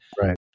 right